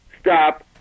stop